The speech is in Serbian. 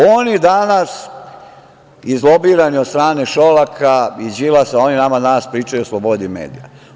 Oni danas izlobirani od strane Šolaka, Đilasa, pričaju o slobodi medija.